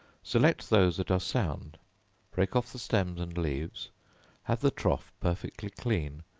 select those that are sound break off the stems and leaves have the trough perfectly clean,